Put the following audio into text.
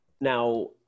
Now